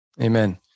Amen